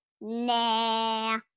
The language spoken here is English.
nah